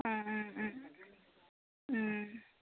ও ও ও ও